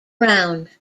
round